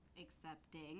accepting